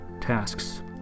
tasks